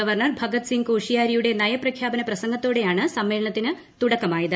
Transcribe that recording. governor Bhagat Singh കോശിയാരിയുടെ നയപ്രഖ്യാപന പ്രസംഗത്തോടെയാണ് സമ്മേളനത്തിന് തുടക്കമായത്